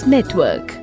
Network